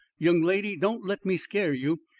young lady, don't let me scare you,